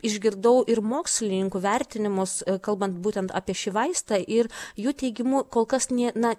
išgirdau ir mokslininkų vertinimus kalbant būtent apie šį vaistą ir jų teigimu kol kas nė na